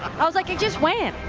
i was like, i just went.